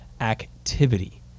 activity